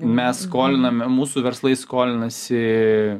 mes skoliname mūsų verslai skolinasi